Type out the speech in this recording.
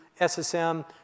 SSM